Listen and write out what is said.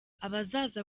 abazaza